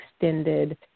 extended